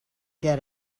get